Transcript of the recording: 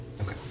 Okay